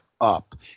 up